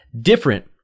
different